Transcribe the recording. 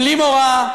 בלי מורא,